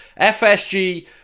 FSG